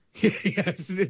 yes